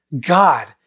God